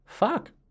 fuck